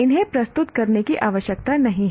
इन्हें प्रस्तुत करने की आवश्यकता नहीं है